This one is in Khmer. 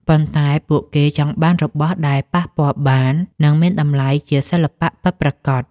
ប៉ុន្តែពួកគេចង់បានរបស់ដែលប៉ះពាល់បាន និងមានតម្លៃជាសិល្បៈពិតប្រាកដ។